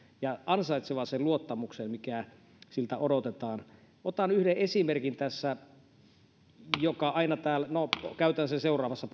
ja ansaitsemaan sen luottamuksen mitä niiltä odotetaan otan tässä yhden esimerkin joka aina täällä no käytän sen seuraavassa